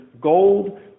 gold